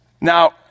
now